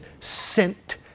sent